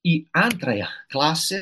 į antrąją klasę